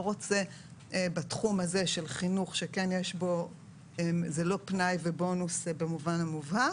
רוצה בתחום הזה של חינוך שהוא לא פנאי ובונוס במובן המובהק,